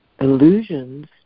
illusions